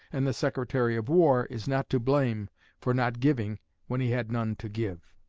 and the secretary of war is not to blame for not giving when he had none to give.